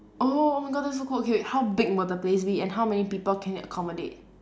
oh oh my god that's so cool okay wait how big will the place be and how many people can it accommodate